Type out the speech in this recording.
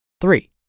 Three